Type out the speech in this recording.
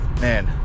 Man